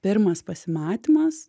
pirmas pasimatymas